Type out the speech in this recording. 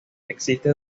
existe